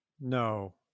no